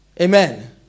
Amen